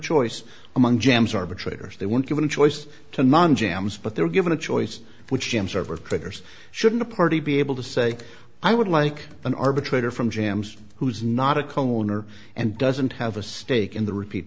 choice among gems arbitrators they were given a choice to none jams but they were given a choice which jim server triggers shouldn't a party be able to say i would like an arbitrator from jams who's not a cologne or and doesn't have a stake in the repeat